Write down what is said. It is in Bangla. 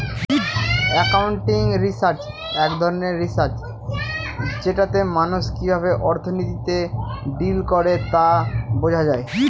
একাউন্টিং রিসার্চ এক ধরনের রিসার্চ যেটাতে মানুষ কিভাবে অর্থনীতিতে ডিল করে তা বোঝা যায়